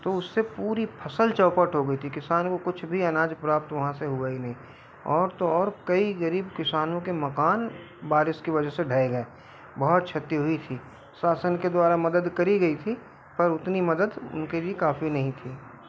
तो उससे पूरी फसल चौपट हो गई थी किसान को कुछ भी अनाज प्राप्त वहाँ से हुआ ही नहीं और तो और कई ग़रीब किसानों के मकान बारिश की वजह से ढह गए बहुत क्षति हुई थी शासन के द्वारा मदद करी गई थी पर उतनी मदद उनके लिए काफ़ी नहीं थी